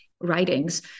writings